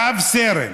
רב-סרן